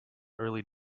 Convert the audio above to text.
early